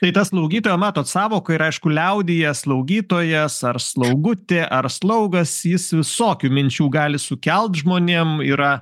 tai ta slaugytoja matot sąvoka ir aišku liaudyje slaugytojas ar slaugutė ar slaugas jis visokių minčių gali sukelt žmonėm yra